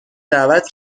دعوت